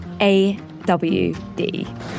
AWD